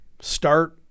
Start